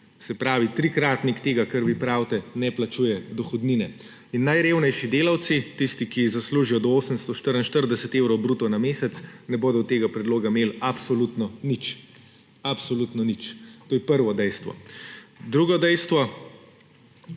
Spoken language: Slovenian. Se pravi, trikratnik tega, čemur vi pravite, »ne plačuje dohodnine«. In najrevnejši delavci, tisti, ki zaslužijo do 844 evrov bruto na mesec, ne bodo od tega predloga imeli absolutno nič. Absolutno nič! To je prvo dejstvo. Drugo dejstvo: